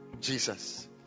Jesus